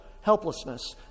helplessness